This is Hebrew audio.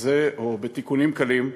הזה או בתיקונים קלים,